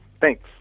Thanks